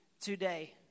today